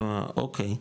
אוקי,